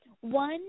One